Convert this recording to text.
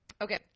Okay